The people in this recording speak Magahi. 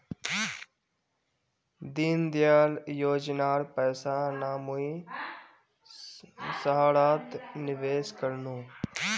दीनदयाल योजनार पैसा स मुई सहारात निवेश कर नु